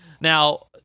now